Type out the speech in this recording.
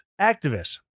activists